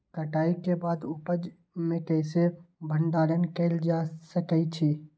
कटाई के बाद उपज के कईसे भंडारण कएल जा सकई छी?